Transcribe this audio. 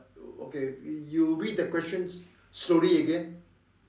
okay you read the question slowly again